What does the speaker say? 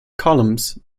columns